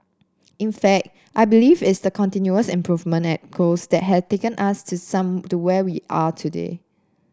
in fact I believe it's the continuous improvement ethos that has taken us to some to where we are today